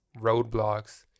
roadblocks